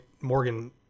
Morgan